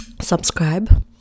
Subscribe